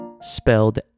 spelled